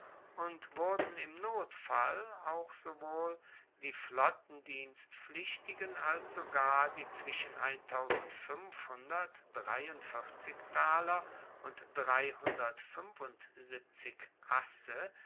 und wurden im notfall auch sowohl die flottendienstpflichtigen als sogar die zwischen und asse